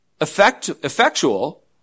effectual